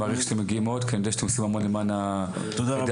אני מעריך שאתם מגיעים כי אני יודע שאתם עושים המון למען העדה הדרוזית.